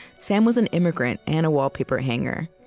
sam was an immigrant and a wallpaper hanger,